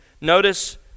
notice